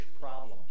problem